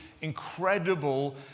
incredible